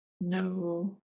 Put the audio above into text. No